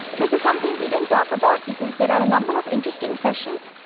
this is something we didn't talk about, because there are a number of interesting sessions,